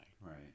Right